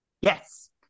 Yes